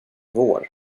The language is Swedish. vår